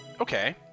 Okay